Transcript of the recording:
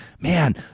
man